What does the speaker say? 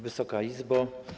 Wysoka Izbo!